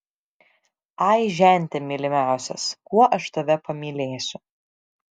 ai žente mylimiausias kuo aš tave pamylėsiu